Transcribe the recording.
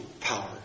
power